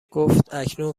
گفتاکنون